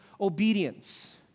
obedience